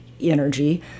energy